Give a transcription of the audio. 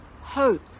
hope